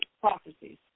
Prophecies